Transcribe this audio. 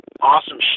awesome